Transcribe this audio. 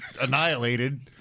annihilated